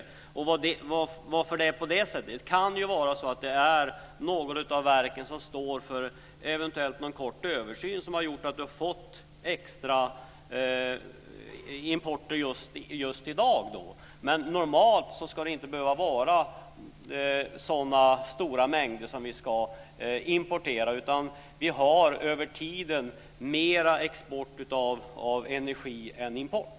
Anledningen till att det är på det sättet kan vara att något av verken står för en kort översyn och det har gjort att vi har importerat extra just i dag. Men normalt ska det inte behöva vara sådana stora mängder som vi ska importera, utan vi har över tiden mer export av energi än import.